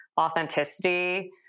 authenticity